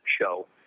show